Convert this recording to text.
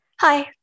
Hi